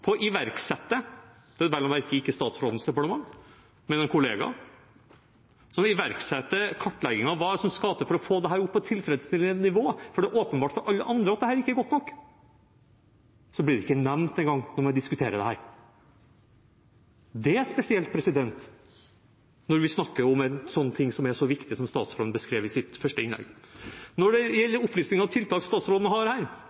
på å iverksette – det er vel å merke ikke statsrådens departement, men en kollegas – kartleggingen av hva det er som skal til for å få dette opp på et tilfredsstillende nivå, for det er åpenbart for alle andre at dette ikke er godt nok. Og så blir det ikke engang nevnt når vi diskuterer det her. Det er spesielt, når vi snakker om noe som er så viktig som det statsråden beskrev i sitt første innlegg. Når det